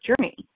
journey